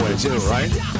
Right